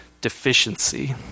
deficiency